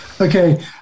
Okay